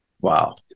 Wow